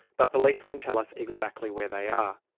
but police won't tell us exactly where they are.